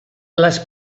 les